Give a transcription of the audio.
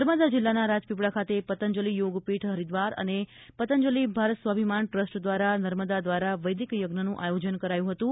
નર્મદા જિલ્લાના રાજપીપળા ખાતે પતંજલિ યોગ પીઠ હરિદ્વાર અને પતંજલિ ભારત સ્વાભિમાન ટ્રસ્ટ નર્મદા દ્વારા વૈદિક યજ્ઞનું આયોજન કરાયું હતું